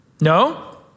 No